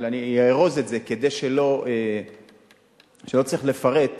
אבל אני אארוז את זה כדי שלא אצטרך לפרט.